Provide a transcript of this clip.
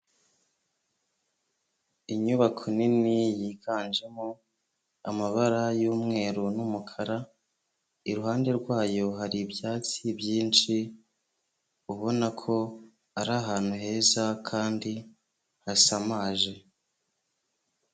Inyubako nini yiganjemo amabara y'umweru n'umukara, iruhande rwayo hari ibyatsi byinshi, ubona ko ari ahantu heza kandi hasamaje.